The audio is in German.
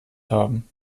haben